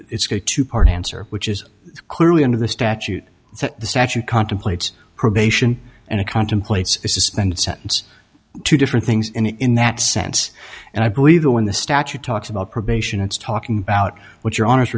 it's good to part answer which is clearly under the statute the statute contemplates probation and it contemplates a suspended sentence two different things in that sense and i believe that when the statute talks about probation it's talking about what your